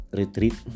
retreat